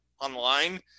online